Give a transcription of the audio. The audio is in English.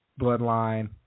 Bloodline